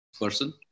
person